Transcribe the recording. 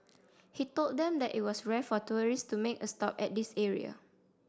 he told them that it was rare for tourists to make a stop at this area